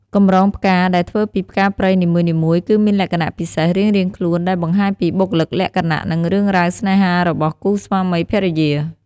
កម្រងផ្កាដែលធ្វើពីផ្កាព្រៃនីមួយៗ គឺមានលក្ខណៈពិសេសរៀងៗខ្លួន ដែលបង្ហាញពីបុគ្គលិកលក្ខណៈ និងរឿងរ៉ាវស្នេហារបស់គូស្វាមីភរិយា។